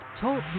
Talk